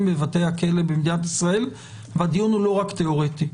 בבתי הכלא במדינת ישראל והדיון הוא לא רק תיאורטי.